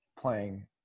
playing